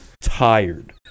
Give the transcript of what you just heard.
tired